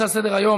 וירדה מסדר-היום.